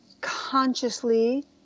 consciously